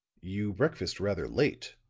you breakfast rather late,